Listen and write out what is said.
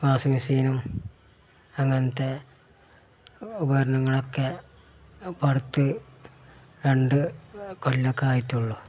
washing മഷീനും അങ്ങനത്തെ ഉപകരണങ്ങളൊക്കെ ഇപ്പടുത്ത് രണ്ട് കൊല്ലമൊക്കെ ആയിട്ടുള്ളു